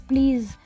Please